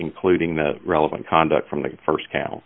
including the relevant conduct from the st count